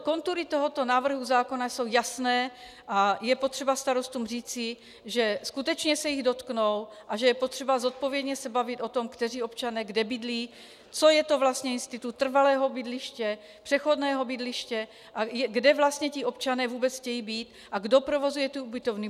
Kontury tohoto návrhu zákona jsou jasné a je potřeba starostům říci, že skutečně se jich dotknou a že je potřeba zodpovědně se bavit o tom, kteří občané kde bydlí, co je to vlastně institut trvalého bydliště, přechodného bydliště a kde vlastně ti občané vůbec chtějí být a kdo provozuje ty ubytovny.